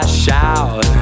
shout